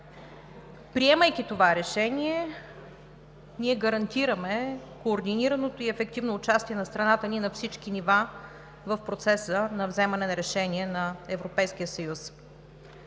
Приемайки това решение, ние гарантираме координираното и ефективно участие на страната ни на всички нива в процеса на вземане на решение на Европейския съюз.